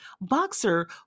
Boxer